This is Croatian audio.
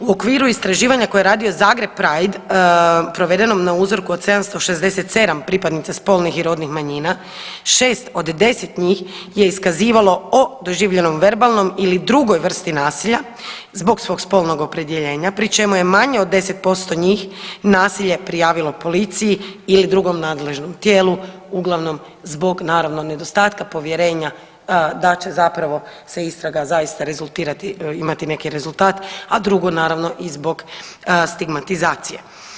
U okviru istraživanja koje je radi Zagreb Pride provedenom na uzorku od 767 pripadnica spolnih i rodnih manjina, 6 od 10 njih je iskazivalo o doživjelom verbalnom ili drugoj vrsti nasilja zbog svog spolnog opredjeljenja pri čemu je mane od 10% njih nasilje prijavilo policiji ili drugom nadležnom tijelu uglavnom zbog naravno nedostatka povjerenja da će zapravo istraga rezultirati, imati neki rezultat a drugo naravno i zbog stigmatizacije.